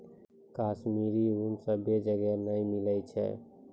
कश्मीरी ऊन सभ्भे जगह नै मिलै छै